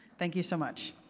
thank you so much.